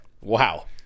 Wow